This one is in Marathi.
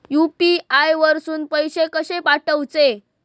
यू.पी.आय वरसून पैसे कसे पाठवचे?